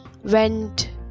went